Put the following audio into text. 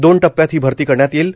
दोन टप्प्यात ही भरती करण्यात येईल